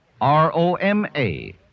R-O-M-A